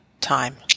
time